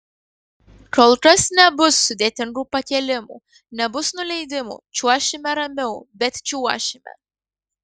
kol kas nebus sudėtingų pakėlimų nebus nuleidimų čiuošime ramiau bet čiuošime